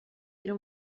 era